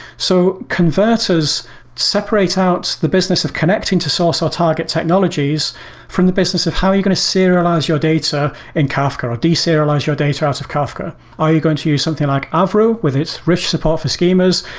so converters separate out the business of connecting to source or target technologies from the business of how you're going to serialize your data in kafka or de-serialize your data out of kafka. are you going to use something like avro with its rich support for schemas?